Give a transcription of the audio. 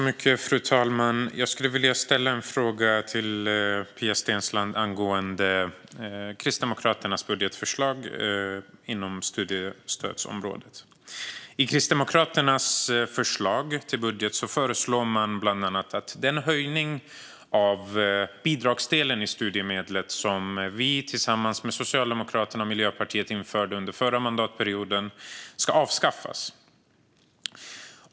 Fru talman! Jag skulle vilja ställa en fråga till Pia Steensland angående Kristdemokraternas budgetförslag inom studiestödsområdet. I Kristdemokraternas förslag till budget föreslår man bland annat att den höjning av bidragsdelen i studiemedlet som vi tillsammans med Socialdemokraterna och Miljöpartiet införde under förra mandatperioden ska avskaffas.